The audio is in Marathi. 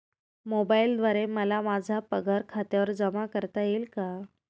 मोबाईलद्वारे मला माझा पगार खात्यावर जमा करता येईल का?